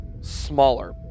smaller